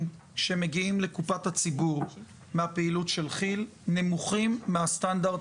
שמגיעים לקופת הציבור מהפעילות של כי"ל נמוכים מהסטנדרט